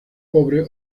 pobre